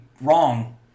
wrong